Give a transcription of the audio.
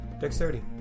dexterity